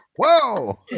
Whoa